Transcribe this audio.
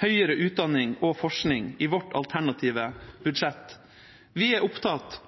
høyere utdanning og forskning i sitt alternative budsjett. Vi er opptatt